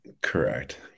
Correct